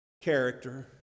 character